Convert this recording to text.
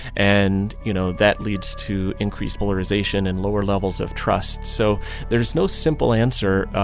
and, you know, that leads to increased polarization and lower levels of trust. so there is no simple answer,